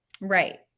right